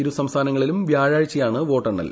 ഇരുസംസ്ഥാനങ്ങളിലും വ്യാഴാഴ്ചയാണ് വോട്ടെണ്ണൽ